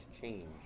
change